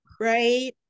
right